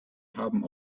haben